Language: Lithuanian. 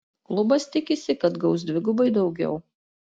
klubas tikisi kad gaus dvigubai daugiau